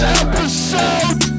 episode